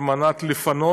כדי לפנות,